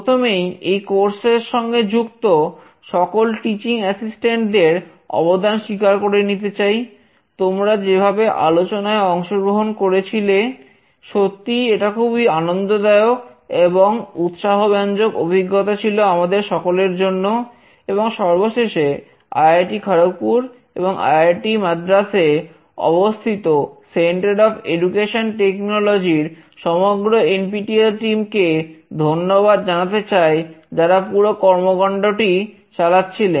প্রথমেই এই কোর্সের কে ধন্যবাদ জানাতে চাই যারা পুরো কর্মকাণ্ডটি চালাচ্ছিলেন